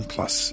Plus